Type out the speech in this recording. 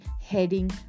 heading